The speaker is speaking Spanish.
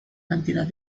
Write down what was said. cantidad